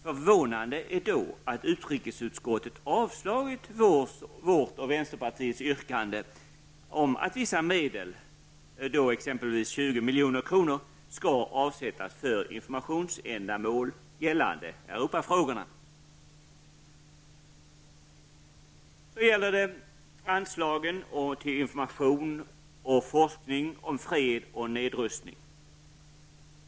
Förvånande är det då att utrikesutskottet avstyrkte vårt och vänsterpartiets yrkande om att vissa medel, exempelvis 20 milj.kr., skall avsättas för information gällande Europafrågorna. Så gäller det anslagen till information och forskning om fred och nedrustning.